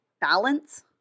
balance